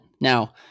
now